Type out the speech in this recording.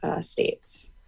states